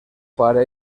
pare